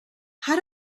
how